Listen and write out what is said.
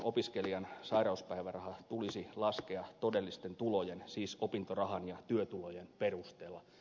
opiskelijan sairauspäiväraha tulisi laskea todellisten tulojen siis opintorahan ja työtulojen perusteella